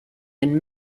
and